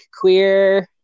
queer